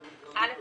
א',